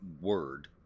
word